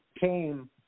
came